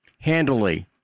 handily